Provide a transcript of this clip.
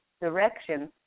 direction